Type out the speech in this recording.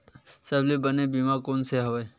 सबले बने बीमा कोन से हवय?